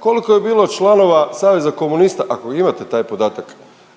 koliko je bilo članova saveza komunista, ako imate taj podatak,